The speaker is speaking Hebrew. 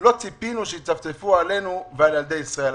לא ציפינו שהם יצפצפו עלינו ועל ילדי ישראל.